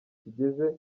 kigeze